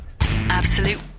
Absolute